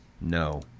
No